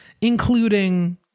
including